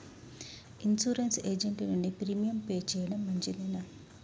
Insurance agent నుండి premium pay చేయడం మంచిదేనా?